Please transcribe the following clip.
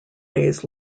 days